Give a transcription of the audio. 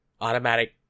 automatic